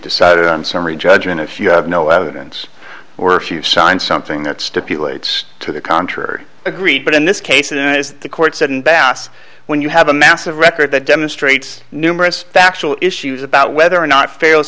decided on summary judgment if you have no evidence were you sign something that stipulates to the contrary agreed but in this case it is the court said in bass when you have a massive record that demonstrates numerous factual issues about whether or not fails